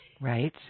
Right